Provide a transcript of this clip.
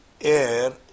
air